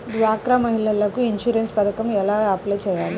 డ్వాక్రా మహిళలకు ఇన్సూరెన్స్ పథకం ఎలా అప్లై చెయ్యాలి?